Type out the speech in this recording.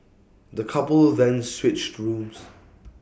the couple then switched rooms